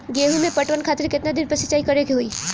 गेहूं में पटवन खातिर केतना दिन पर सिंचाई करें के होई?